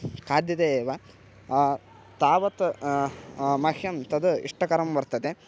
खाद्यते एव तावत् मह्यं तद् इष्टकरं वर्तते